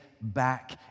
back